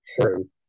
true